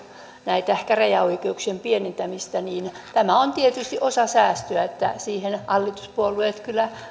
näitä käräjäoikeuksien pienentämisiä niin tämä on tietysti osa säästöjä että hallituspuolueet kyllä